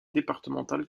départementale